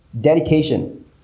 Dedication